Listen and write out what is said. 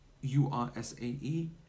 U-R-S-A-E